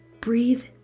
breathe